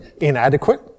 inadequate